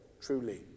truly